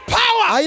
power